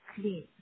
clean